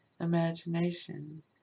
imagination